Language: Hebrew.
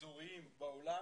אזוריים בעולם